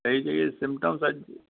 इहे जेके सिम्पटम्स आहिनि